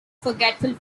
forgetful